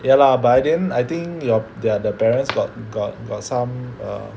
ya lah by then I think your their the parents got got got some err